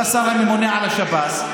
אתה השר הממונה על השב"ס,